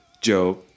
Joe